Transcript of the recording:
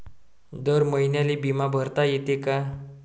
दर महिन्याले बिमा भरता येते का?